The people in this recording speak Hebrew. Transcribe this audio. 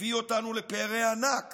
הביא אותנו לפערי ענק